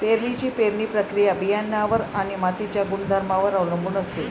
पेरणीची पेरणी प्रक्रिया बियाणांवर आणि मातीच्या गुणधर्मांवर अवलंबून असते